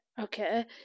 okay